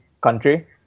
country